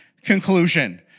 conclusion